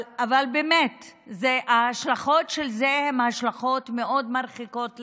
באמת, ההשלכות של זה הן השלכות מאוד מרחיקות לכת,